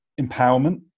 empowerment